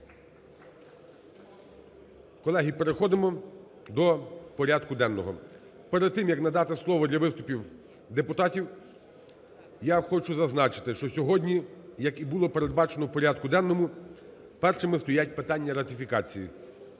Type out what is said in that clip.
Колеги, переходимо до порядку денного. Перед тим, як надати слово для виступів депутатів, я хочу зазначити, що сьогодні, як і було передбачено в порядку денному, першими стоять питання ратифікації.